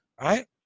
right